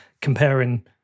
comparing